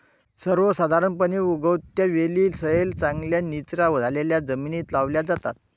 सर्वसाधारणपणे, उगवत्या वेली सैल, चांगल्या निचरा झालेल्या जमिनीत लावल्या जातात